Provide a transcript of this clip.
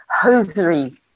hosiery